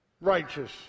Righteous